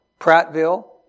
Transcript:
Prattville